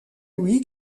louis